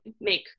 make